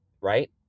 Right